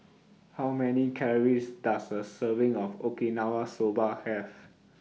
How Many Calories Does A Serving of Okinawa Soba Have